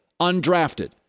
undrafted